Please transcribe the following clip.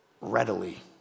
readily